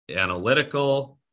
analytical